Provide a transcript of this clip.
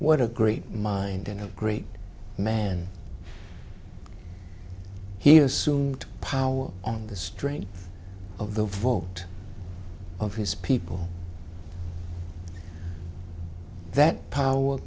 what a great mind and a great man he assumed power on the strength of the vote of his people that power